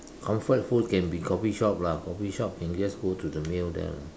comfort food can be coffee shop lah coffee shop can just go to the meal there lah